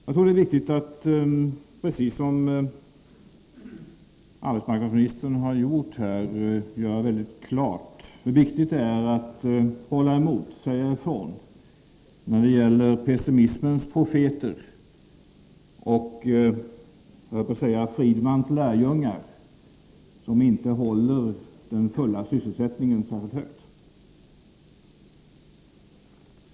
Jag tror det är viktigt att, precis som arbetsmarknadsministern gjorde, klargöra hur angeläget det är att hålla emot och säga ifrån när det gäller pessimismens profeter och — höll jag på att säga — Milton Friedmans lärjungar, som inte sätter den fulla sysselsättningen särskilt högt.